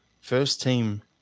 first-team